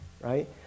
right